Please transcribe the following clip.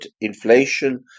inflation